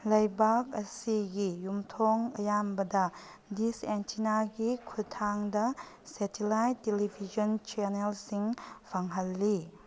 ꯂꯩꯕꯥꯛ ꯑꯁꯤꯒꯤ ꯌꯨꯝꯊꯣꯡ ꯑꯌꯥꯝꯕꯗ ꯗꯤꯁ ꯑꯦꯟꯇꯦꯅꯥꯒꯤ ꯈꯨꯠꯊꯥꯡꯗ ꯁꯦꯇꯦꯜꯂꯥꯏꯠ ꯇꯦꯂꯤꯚꯤꯖꯟ ꯆꯦꯅꯦꯜꯁꯤꯡ ꯐꯪꯍꯜꯂꯤ